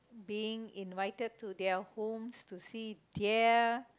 being invited to their homes to see their